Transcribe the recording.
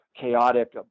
chaotic